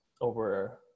over